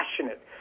passionate